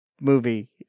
movie